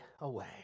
away